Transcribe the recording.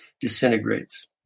disintegrates